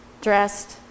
dressed